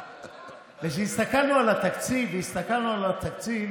כשהסתכלנו על התקציב, והסתכלנו על התקציב,